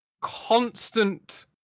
constant